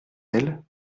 elles